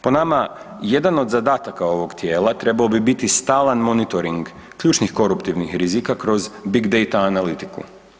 Po nama jedan od zadataka ovog tijela trebao bi biti stalan monitoring ključnih koruptivnih rizika kroz big data analitiku.